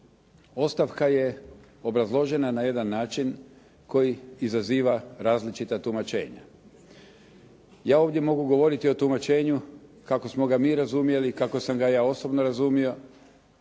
Ostavka je obrazložena na jedan način koji izaziva različita tumačenja. Ja ovdje mogu govoriti o tumačenju kako smo ga mi razumjeli, kako sam ga ja osobno razumio